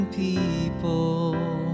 people